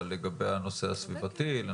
אבל לגבי הנושא הסביבתי.